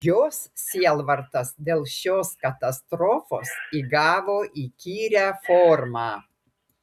jos sielvartas dėl šios katastrofos įgavo įkyrią formą